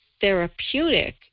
therapeutic